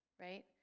right